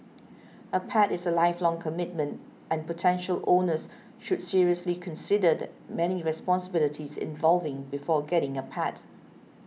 a pet is a lifelong commitment and potential owners should seriously consider the many responsibilities involved before getting a pet